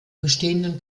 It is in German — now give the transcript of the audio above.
bestehenden